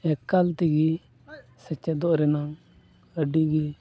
ᱮᱠᱟᱞ ᱛᱮᱜᱮ ᱥᱮᱪᱮᱫᱚᱜ ᱨᱮᱱᱟᱝ ᱟᱹᱰᱤ ᱜᱮ